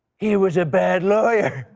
he was a bad lawyer.